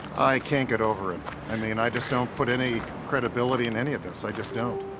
i can't get over it i mean, i just don't put any credibility in any of this. i just don't